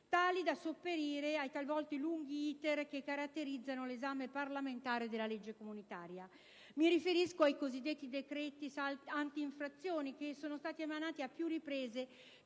tali da sopperire ai talvolta lunghi *iter* caratterizzanti l'esame parlamentare della legge comunitaria. Mi riferisco ai cosiddetti decreti anti-infrazioni, emanati a più riprese